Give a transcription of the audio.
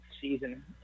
season